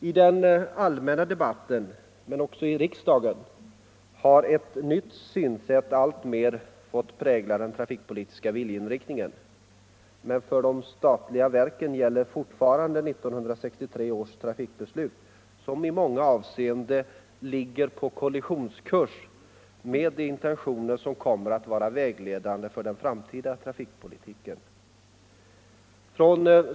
I den allmänna debatten, men också i riksdagen, har ett nytt synsätt alltmer fått prägla den trafikpolitiska viljeinriktningen. Men för de statliga verken gäller fortfarande 1963 års trafikbeslut, som i många avseenden ligger på kollisionskurs med de intentioner som kommer att vara vägledande för den framtida trafikpolitiken.